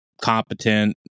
competent